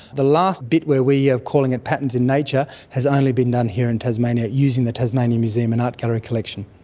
the last bit where we are calling it patterns in nature has only been done here in tasmania using the tasmanian museum and art gallery collection.